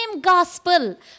gospel